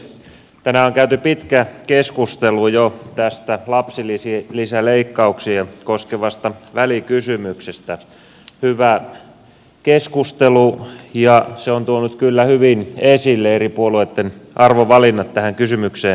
tänään on käyty jo pitkä keskustelu tästä lapsilisäleikkauksia koskevasta välikysymyksestä hyvä keskustelu ja se on tuonut kyllä hyvin esille eri puolueitten arvovalinnat tähän kysymykseen liittyen